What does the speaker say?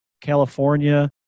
California